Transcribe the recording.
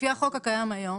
לפי החוק הקיים היום,